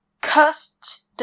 cursed